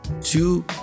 two